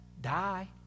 die